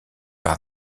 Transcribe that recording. par